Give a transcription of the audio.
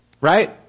Right